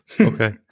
okay